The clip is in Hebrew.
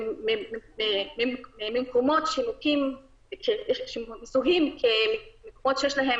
ממקומות שמזוהים כמקומות שיש בהם